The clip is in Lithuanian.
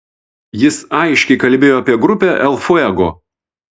jis aiškiai kalbėjo apie grupę el fuego